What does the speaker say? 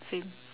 same